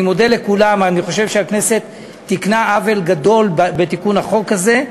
אני חושב שהכנסת תיקנה עוול גדול בתיקון החוק הזה.